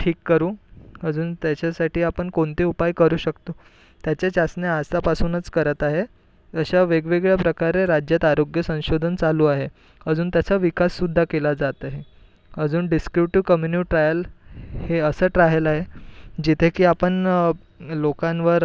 ठीक करू अजून त्याच्यासाठी आपण कोणते उपाय करू शकतो त्याच्या चाचण्या आतापासूनच करत आहे तशा वेगवेगळ्या प्रकारे राज्यात आरोग्य संशोधन चालू आहे अजून त्याचा विकाससुध्दा केला जात आहे अजून डिसक्रिवटीव कम्यूनिव ट्रायल हे असं ट्रायल आहे जिथे कीआपण लोकांवर